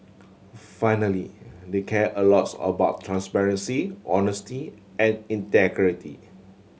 finally they care a lots about transparency honesty and integrity